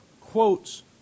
quotes